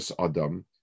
Adam